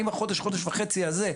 אם החודש-חודש וחצי הזה,